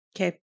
Okay